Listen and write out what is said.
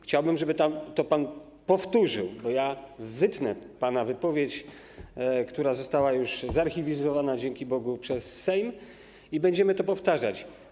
Chciałbym, żeby pan to powtórzył, bo ja wytnę pana wypowiedź, która została już zarchiwizowana, dzięki Bogu, przez Sejm, i będziemy to powtarzać.